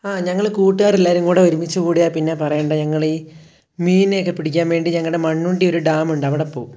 ആ ഞങ്ങൾ കൂട്ടുകാർ എല്ലാവരും കൂടെ ഒരുമിച്ചു കൂടിയാൽ പിന്നെ പറയേണ്ട ഞങ്ങൾ ഈ മീനിനെയൊക്കെ പിടിക്കാൻ വേണ്ടി ഞങ്ങളുടെ മണ്ണുണ്ടി ഒരു ഡാം ഉണ്ട് അവിടെ പോവും